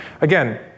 Again